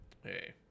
hey